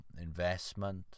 investment